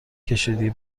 کشیدی